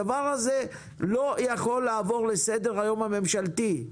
הדבר הזה לא יכול לעבור לסדר היום הממשלתי.